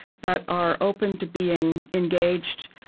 but are open to being engaged,